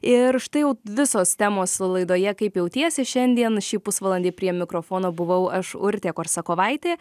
ir štai jau visos temos laidoje kaip jautiesi šiandien šį pusvalandį prie mikrofono buvau aš urtė korsakovaitė